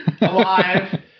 alive